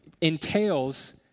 entails